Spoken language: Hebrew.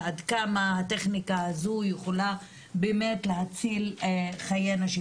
ועד כמה הטכניקה הזו יכולה באמת להציל חיי נשים.